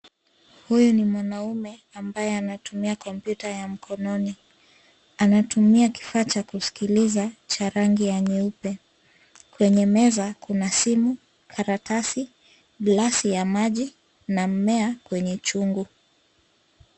Huyu ni mwanaume ambaye anatumia kompyuta ya mkononi. Anatumia kifaa cha kusikiliza, cha rangi ya nyeupe. Kwenye meza, kuna simu, karatasi ,glasi ya maji na mmea kwenye chungu.